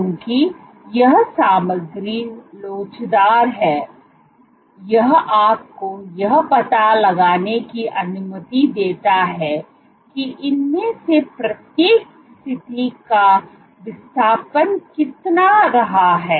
क्योंकि यह सामग्री लोचदार है यह आपको यह पता लगाने की अनुमति देता है कि इनमें से प्रत्येक स्थिति का विस्थापन कितना रहा है